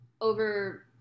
over